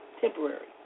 temporary